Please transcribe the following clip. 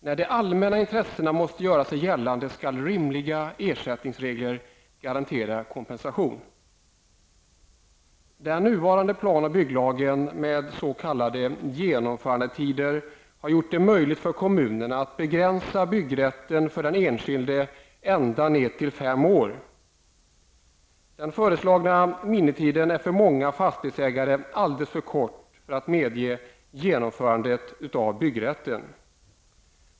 När de allmänna intressena måste göra sig gällande skall rimliga ersättningsregler garantera kompensation. genomförandetider har gjort det möjligt för kommunerna att begränsa byggrätten för den enskilde ända ned till fem år. Den föreslagna minimitiden är för många fastighetsägare alldeles för kort för att medge genomförande av byggrätten.